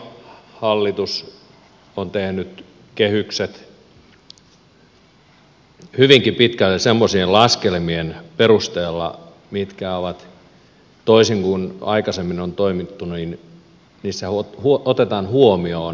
hallitus on tehnyt kehykset hyvinkin pitkälle semmoisien laskelmien perusteella joissa toisin kuin aikaisemmin on toimittu otetaan huomioon seurannaisvaikutukset